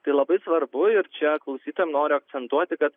tai labai svarbu ir čia klausytojam noriu akcentuoti kad